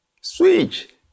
Switch